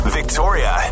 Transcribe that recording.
Victoria